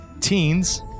teens